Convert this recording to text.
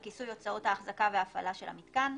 לכיסוי הוצאות ההחזקה וההפעלה של המיתקן,